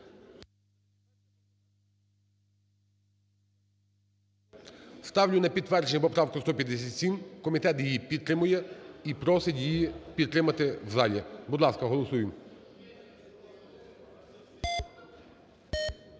Ставлю на підтвердження поправку 157. Комітет її підтримує і просить її підтримати в залі. Будь ласка, голосуємо.